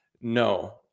No